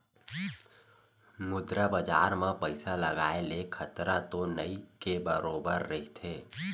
मुद्रा बजार म पइसा लगाय ले खतरा तो नइ के बरोबर रहिथे